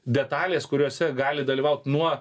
detalės kuriose gali dalyvaut nuo